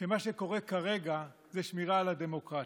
שמה שקורה כרגע זה שמירה על הדמוקרטיה.